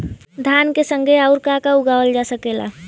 धान के संगे आऊर का का उगावल जा सकेला?